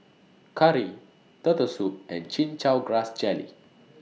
Curry Turtle Soup and Chin Chow Grass Jelly